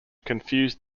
confused